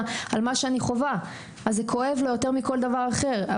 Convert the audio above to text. על מה שאני חווה אז זה כואב לו יותר מכל דבר אחר.